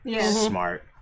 smart